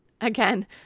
Again